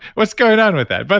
what's going on with that? but